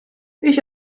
ich